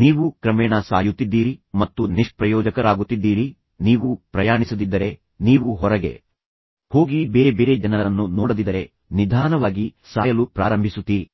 ನೀವು ಕ್ರಮೇಣ ಸಾಯುತ್ತಿದ್ದೀರಿ ಮತ್ತು ನಿಷ್ಪ್ರಯೋಜಕರಾಗುತ್ತಿದ್ದೀರಿ ನೀವು ಪ್ರಯಾಣಿಸದಿದ್ದರೆ ನೀವು ಹೊರಗೆ ಹೋಗಿ ಬೇರೆ ಬೇರೆ ಜನರನ್ನು ನೋಡದಿದ್ದರೆ ನೀವು ಓದದಿದ್ದರೆ ನೀವು ನಿಧಾನವಾಗಿ ಸಾಯಲು ಪ್ರಾರಂಭಿಸುತ್ತೀರಿ